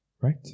right